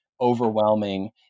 overwhelming